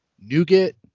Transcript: nougat